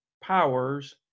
powers